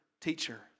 teacher